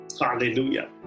Hallelujah